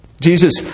Jesus